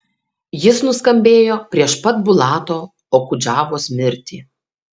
jis nuskambėjo prieš pat bulato okudžavos mirtį